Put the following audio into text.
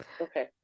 Okay